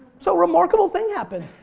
so remarkable thing happened.